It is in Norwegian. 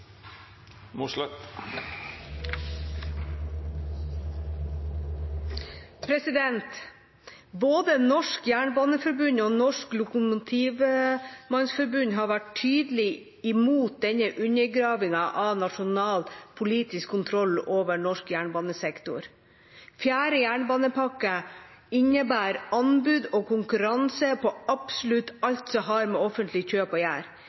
Både Norsk Jernbaneforbund og Norsk Lokomotivmannsforbund har vært tydelig imot denne undergravingen av nasjonal politisk kontroll over norsk jernbanesektor. Fjerde jernbanepakke innebærer anbud og konkurranse på absolutt alt som har med offentlig kjøp